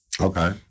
Okay